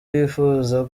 yifuza